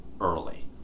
early